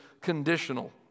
conditional